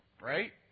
right